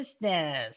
business